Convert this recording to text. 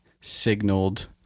signaled